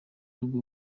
rugo